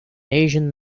asian